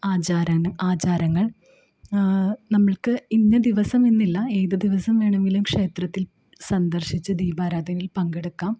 ആചാരനം ആചാരങ്ങൾ നമ്മൾക്ക് ഇന്ന ദിവസം എന്നില്ല ഏത് ദിവസം വേണമെങ്കിലും ക്ഷേത്രത്തിൽ സന്ദർശിച്ച് ദീപാരാധനയിൽ പങ്കെടുക്കാം